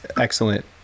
excellent